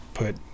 Put